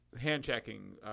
Hand-checking